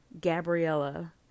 Gabriella